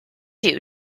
you